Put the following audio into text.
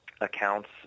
accounts